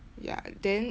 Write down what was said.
ya then